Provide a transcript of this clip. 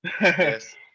Yes